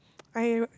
I